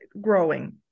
growing